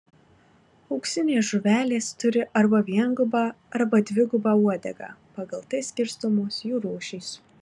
auksinės žuvelės turi arba viengubą arba dvigubą uodegą pagal tai skirstomos jų rūšys